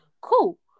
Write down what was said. cool